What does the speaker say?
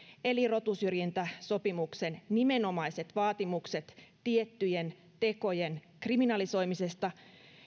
eli rotusyrjintäsopimuksen nimenomaiset vaatimukset tiettyjen tekojen kriminalisoimisesta